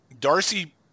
darcy